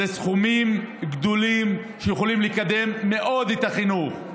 אלה סכומים גדולים, שיכולים לקדם מאוד את החינוך.